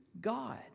God